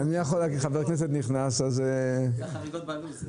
אני מדבר בשם הקרן לעידוד ענף הבנייה והתאחדות הקבלנים.